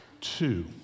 two